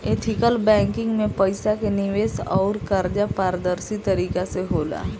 ethical banking में पईसा के निवेश अउर कर्जा पारदर्शी तरीका से होला